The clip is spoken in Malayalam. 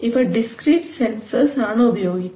ഇവ ഡിസ്ക്രീറ്റ് സെൻസർസ് ആണ് ഉപയോഗിക്കുന്നത്